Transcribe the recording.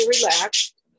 relaxed